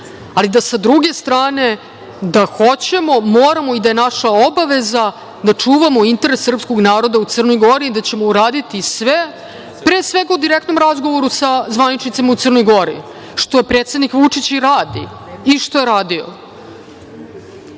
ali da sa druge strane, da hoćemo, moramo i da je naša obaveza da čuvamo interes srpskog naroda u Crnoj gori i da ćemo uraditi sve, pre svega, u direktnom razgovoru sa zvaničnicima u Crnoj Gori, što predsednik Vučić i radi i što je radio,